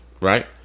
right